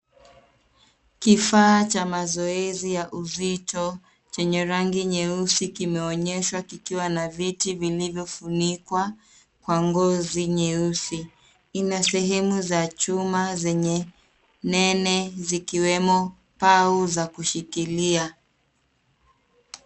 Kifaa cha mazoezi ya uzito, chenye rangi nyeusi kimeonyeshwa kikiwa na viti vilivyofunikwa kwa ngozi nyeusi. Ina sehemu za chuma zenye nene zikiwemo pau za kushikilia.